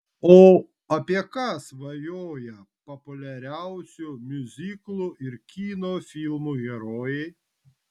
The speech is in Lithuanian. o apie ką svajoja populiariausių miuziklų ir kino filmų herojai